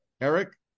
Eric